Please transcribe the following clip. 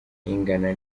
ingana